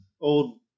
old